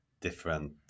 different